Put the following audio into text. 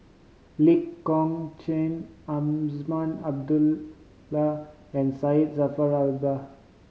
Lee Kong Chian Azman Abdullah and Syed Jaafar Albar